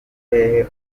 hehe